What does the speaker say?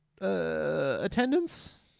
attendance